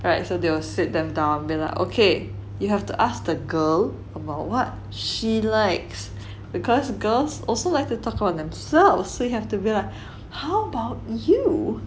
right so they will sit them down they'll like okay you have to ask the girl about what she likes because girls also like to talk about themselves so you'll have to be like how about you